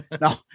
no